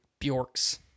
Bjorks